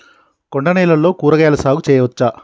కొండ నేలల్లో కూరగాయల సాగు చేయచ్చా?